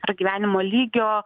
pragyvenimo lygio